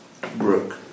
Brooke